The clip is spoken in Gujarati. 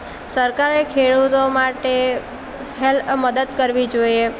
સરકારે ખેડૂતો માટે હેલ મદદ કરવી જોઈએ